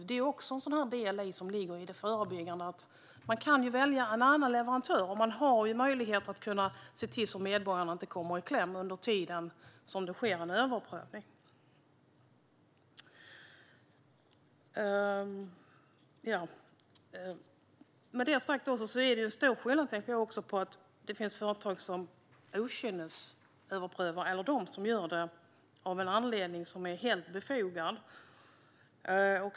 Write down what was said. Det är också en sådan del i det förebyggande att man kan välja en annan leverantör och på så sätt se till att medborgarna inte kommer i kläm under den tid som det sker en överprövning. Med detta sagt är det en stor skillnad mellan de företag som okynnesöverprövar och de som gör det av en anledning som är helt befogad.